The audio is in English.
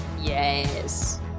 yes